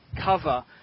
cover